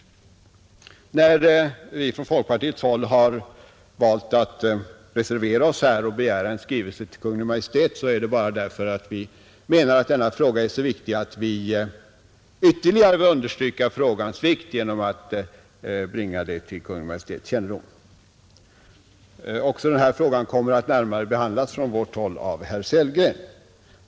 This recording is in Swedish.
När vi från folkpartihåll har valt att reservera oss och begära en skrivelse till Kungl. Maj:t är det bara för att vi menar att denna fråga är så viktig att vi vill understryka dess vikt ytterligare genom att bringa den till Kungl. Maj:ts kännedom. Även denna fråga kommer emellertid från vårt håll att närmare behandlas av herr Sellgren.